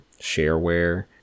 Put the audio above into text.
shareware